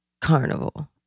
carnival